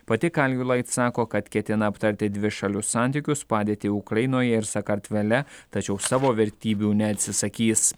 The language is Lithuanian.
pati kaljulaid sako kad ketina aptarti dvišalius santykius padėtį ukrainoje ir sakartvele tačiau savo vertybių neatsisakys